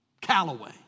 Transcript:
Callaway